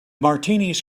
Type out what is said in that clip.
martinis